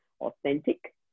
authentic